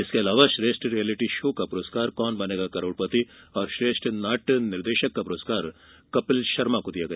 इसके अलावा श्रेष्ठ रिएलिटी षो का पुरस्कार कौन ं बनेगा करोड़पति और श्रेष्ठ नाट्य निर्देषक का पुरस्कार कपिल षर्मा को दिया गया